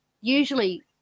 usually